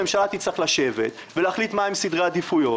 הממשלה תצטרך לשבת ולהחליט מהן סדרי העדיפויות,